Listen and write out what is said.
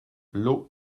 l’eau